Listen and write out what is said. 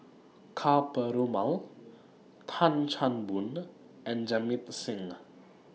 Ka Perumal Tan Chan Boon and Jamit Singh